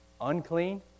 unclean